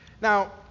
Now